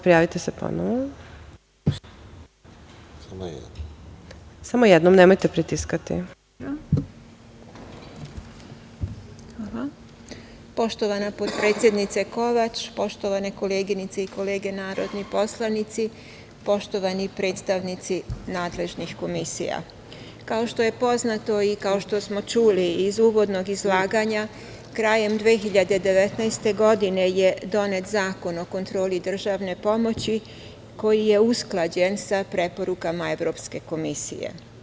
Poštovana potpredsednice Kovač, poštovane koleginice i kolege narodni poslanici, poštovani predstavnici nadležnih komisija, kao što je poznato i kao što smo čuli iz uvodnog izlaganja, krajem 2019. godine je donet Zakon o kontroli državne pomoći koji je usklađen sa preporukama Evropske komisije.